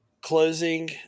closing